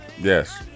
Yes